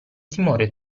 timore